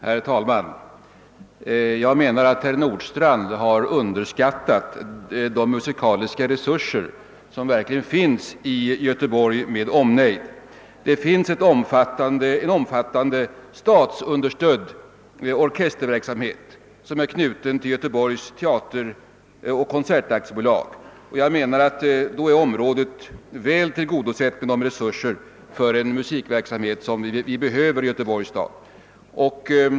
Herr talman! Jag anser att herr Nordstrandh har underskattat de musikaliska resurser som verkligen finns i Göteborg med omnejd. Det finns en omfattande statsunderstödd orkesterverksamhet som är knuten till Göteborgs teateroch konsertaktiebolag. Då är enligt min mening området väl tillgodosett — vi har de resurser för musikverksamhet som vi behöver i Göteborgs stad.